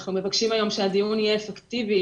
אנחנו מבקשים היום שהדיון יהיה אפקטיבי,